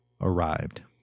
arrived